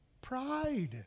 Pride